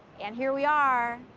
and here we are.